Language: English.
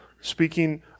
speaking